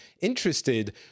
interested